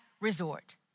resort